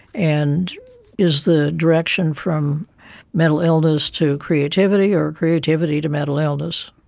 and is the direction from mental illness to creativity or creativity to mental illness?